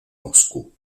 moscú